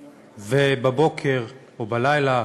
ובבוקר, או בלילה,